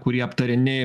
kurie aptariami